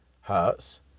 hurts